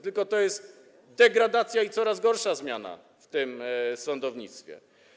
To jest degradacja i coraz gorsza zmiana w tym sądownictwie.